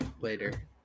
later